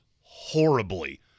horribly